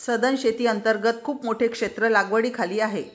सधन शेती अंतर्गत खूप मोठे क्षेत्र लागवडीखाली आहे